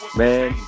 man